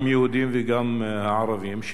גם יהודים וגם ערבים,